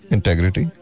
Integrity